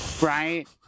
Right